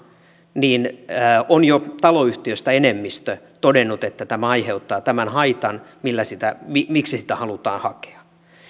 on jo taloyhtiöstä enemmistö todennut että tämä aiheuttaa tämän haitan miksi sitä halutaan hakea